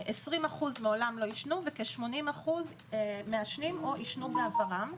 20% מעולם לא עישנו וכ-20% מעשנים או עישנו בעברם.